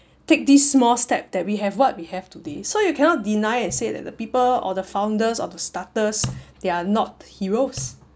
take these small step that we have what we have today so you cannot deny and said that the people or the founders or the starters they're not heroes